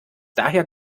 daher